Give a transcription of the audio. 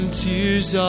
tears